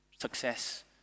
success